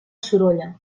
sorolla